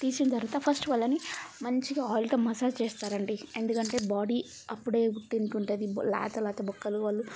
తీసిన తర్వాత ఫస్ట్ వాళ్ళని మంచిగా ఆయిల్తో మసాజ్ చేస్తారండి ఎందుకంటే బాడీ అప్పుడే పుట్టినట్టు ఉంటుంది లేత లేత బొక్కలు వాళ్ళు